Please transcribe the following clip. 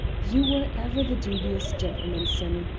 you were ever the dubious gentleman, sim,